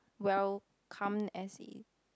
welcome as he